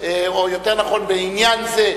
או יותר נכון בעניין זה,